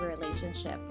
relationship